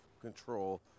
control